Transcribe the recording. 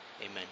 amen